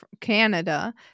canada